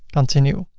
continue.